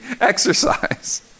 exercise